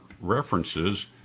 references